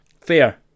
Fair